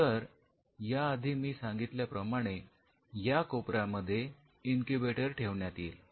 तर या आधी मी सांगितल्याप्रमाणे या कोपऱ्यामध्ये इन्क्युबेटर ठेवण्यात येतील